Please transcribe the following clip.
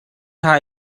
hna